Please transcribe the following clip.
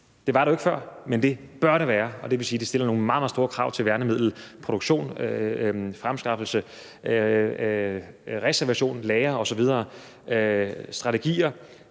det vil sige, at det stiller nogle meget, meget store krav til værnemiddelproduktion, fremskaffelse, reservation, lagre osv., strategier,